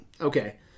okay